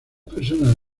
personas